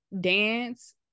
dance